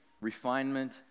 refinement